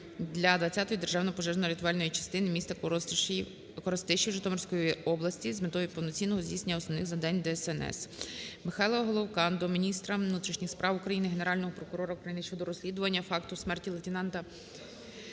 двадцятої державної пожежно-рятувальної частини містаКоростишів Житомирської області з метою повноцінного здійснення основних завдань ДСНС. Михайла Головка до міністра внутрішніх справ України, Генерального прокурора України щодо розслідування факту смерті лейтенанта